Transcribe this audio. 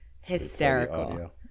hysterical